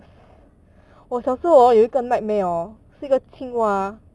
!hannor!